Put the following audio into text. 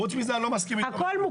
חוץ מזה אני לא מסכים איתו.